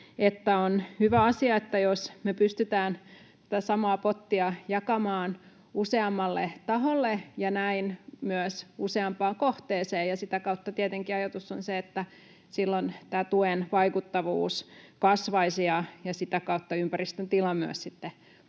on hyvä asia, jos me pystytään tätä samaa pottia jakamaan useammalle taholle ja näin myös useampaan kohteeseen. Sitä kautta tietenkin ajatus on se, että silloin tämä tuen vaikuttavuus kasvaisi ja sitä kautta ympäristön tila myös paranisi.